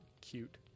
cute